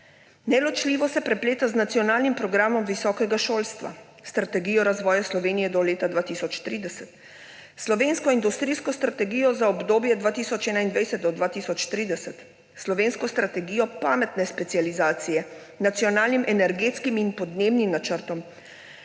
Neločljivo se prepleta z Nacionalnim programom visokega šolstva, Strategijo razvoja Slovenije 2030, Slovensko industrijsko strategijo 2021– 2030, Slovensko strategijo pametne specializacije, Nacionalnim energetskim in podnebnim načrtom,